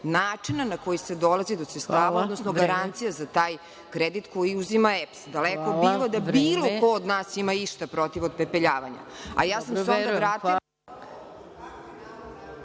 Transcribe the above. načina na koji se dolazi do sredstava, odnosno garancija za taj kredit koji uzima EPS. Daleko bilo da bilo ko od nas ima išta protiv otpepeljavanja.